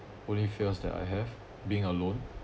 only fears that I have being alone